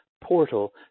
portal